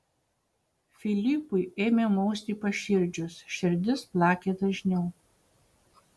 filipui ėmė mausti paširdžius širdis plakė dažniau